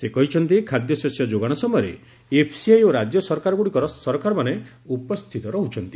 ସେ କହିଛନ୍ତି ଖାଦ୍ୟଶସ୍ୟ ଯୋଗାଣ ସମୟରେ ଏଫ୍ସିଆଇ ଓ ରାଜ୍ୟ ସରକାରଗୁଡ଼ିକର ସରକାରମାନେ ଉପସ୍ଥିତ ରହୁଛନ୍ତି